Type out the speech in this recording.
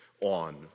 on